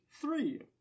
Three